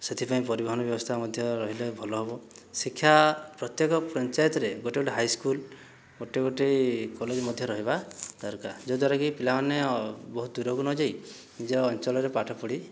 ସେଥିପାଇଁ ପରିବହନ ବ୍ୟବସ୍ଥା ମଧ୍ୟ ରହିଲେ ଭଲ ହେବ ଶିକ୍ଷା ପ୍ରତ୍ୟେକ ପଞ୍ଚାୟତରେ ଗୋଟିଏ ଗୋଟିଏ ହାଇ ସ୍କୁଲ୍ ଗୋଟିଏ ଗୋଟିଏ କଲେଜ ମଧ୍ୟ ରହିବା ଦରକାର ଯଦ୍ଦ୍ଵାରା କି ପିଲାମାନେ ବହୁତ ଦୂରକୁ ନଯାଇ ନିଜ ଅଞ୍ଚଳରେ ପାଠ ପଢ଼ି